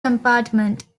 compartment